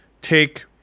take